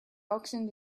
auction